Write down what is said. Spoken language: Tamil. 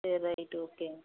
சரி ரைட்டு ஓகேங்க